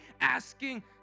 asking